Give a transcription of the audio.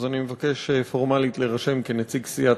אז אני מבקש פורמלית להירשם כנציג סיעת